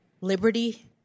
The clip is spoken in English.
liberty